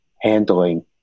handling